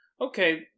Okay